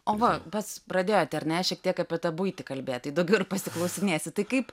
o va pats pradėjote ar ne šiek tiek apie tą buitį kalbėt tai daugiau ir pasiklausinėsiu tai kaip